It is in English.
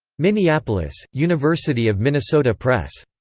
minneapolis university of minnesota press.